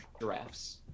giraffes